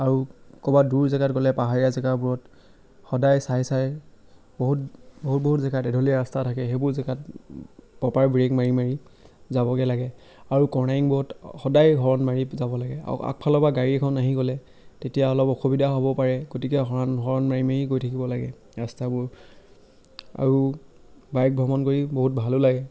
আৰু ক'ৰবাত দূৰ জেগাত গ'লে পাহাৰীয়া জেগাবোৰত সদায় চাই চাই বহুত বহুত বহুত জেগাত এঢলীয়া ৰাস্তা থাকে সেইবোৰ জেগাত প্ৰপাৰ ব্ৰেক মাৰি মাৰি যাবগৈ লাগে আৰু কৰ্ণাৰিংবোৰত সদায় হৰ্ণ মাৰি যাব লাগে আৰু আগফালৰ পৰা গাড়ী এখন আহি গ'লে তেতিয়া অলপ অসুবিধাও হ'ব পাৰে গতিকে হৰ্ণ হৰ্ণ মাৰি মাৰি গৈ থাকিব লাগে ৰাস্তাবোৰ আৰু বাইক ভ্ৰমণ কৰি বহুত ভালো লাগে